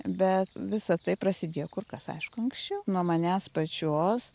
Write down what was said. bet visa tai prasidėjo kur kas aišku anksčiau nuo manęs pačios